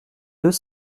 deux